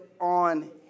on